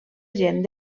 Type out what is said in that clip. gent